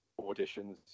auditions